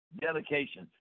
dedication